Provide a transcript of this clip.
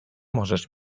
możesz